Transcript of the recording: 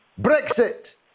brexit